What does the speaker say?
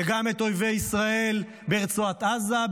וגם את אויבי ישראל ברצועת עזה,